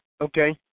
Okay